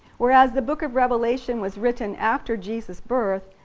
whereas the book of revelation was written after jesus' birth,